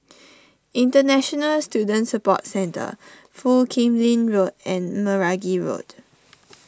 International Student Support Centre Foo Kim Lin Road and Meragi Road